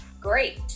great